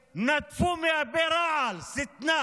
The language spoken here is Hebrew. ונטפו, מהפה, רעל ושטנה